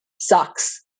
sucks